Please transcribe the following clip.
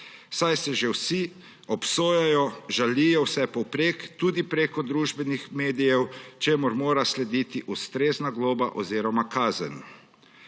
saj se že vsi obsojajo, žalijo vsepovprek, tudi preko družbenih medijev, čemur mora slediti ustrezna globa oziroma kazen.